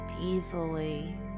easily